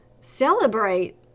celebrate